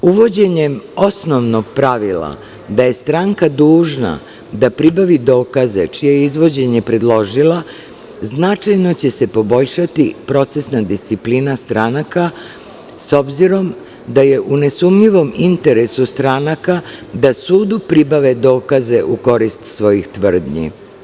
Uvođenjem osnovnog pravila da je stranka dužna da pribavi dokaze čije je izvođenje predložila, značajno će se poboljšati procesna disciplina stranaka s obzirom da je u nesumnjivom interesu stranaka da sudu pribave dokaze u korist svojih tvrdnji.